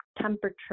temperature